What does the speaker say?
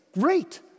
Great